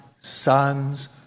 son's